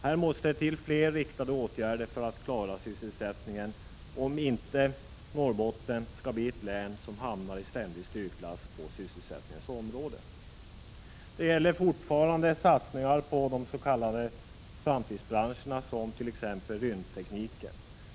Här måste till flera riktade åtgärder för att klara sysselsättningen, om inte Norrbotten skall bli ett län som hamnar i ständig strykklass på sysselsättningens område. Det gäller fortsatta satsningar på de s.k. framtidsbranscherna, t.ex. rymdtekniken.